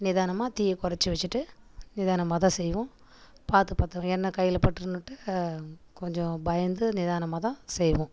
நிதானமாக தீயை கொறைச்சி வச்சுட்டு நிதானமாக தான் செய்வோம் பார்த்து பார்த்து எண்ணெய் கையில் பட்டுருனுட்டு கொஞ்சம் பயந்து நிதானமாக தான் செய்வோம்